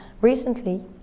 recently